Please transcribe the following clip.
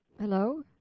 Hello